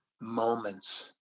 moments